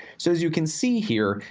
so as you can see here,